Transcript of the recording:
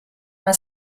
una